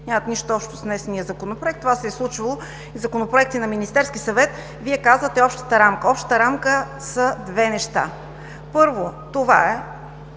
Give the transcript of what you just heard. нямат нищо общо с внесения Законопроект. Това се е случвало и със законопроекти на Министерския съвет. Вие казвате: общата рамка. Общата рамка са две неща. Първо, плюс е,